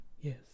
Yes